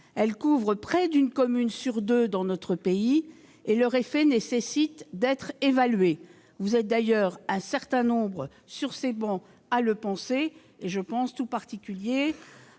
Elles couvrent près d'une commune sur deux dans notre pays, et leur effet nécessite d'être évalué. Vous êtes d'ailleurs un certain nombre sur ces travées à partager ce point de vue-je pense en particulier